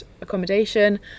accommodation